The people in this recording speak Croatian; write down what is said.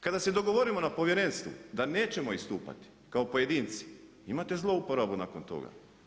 Kada se dogovorimo na Povjerenstvu da nećemo istupati kao pojedinci, imate zlouporabu nakon toga.